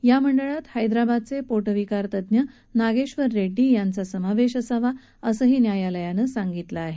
या मंडळात हैद्राबादचे पोटविकार तज्ञ नागेश्वर रेड्डी यांचा त्यात समावेश असावा असंही न्यायालयानं सांगितलं आहे